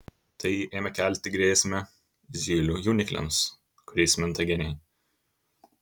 tai ėmė kelti grėsmę zylių jaunikliams kuriais minta geniai